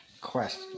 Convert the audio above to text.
quest